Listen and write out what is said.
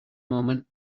moment